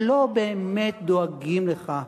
שלא באמת דואגים לך,